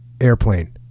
airplane